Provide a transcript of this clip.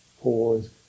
pause